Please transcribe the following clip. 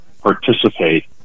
participate